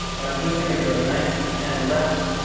and i'm just gonna go nice ten reps.